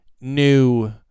new